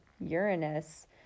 Uranus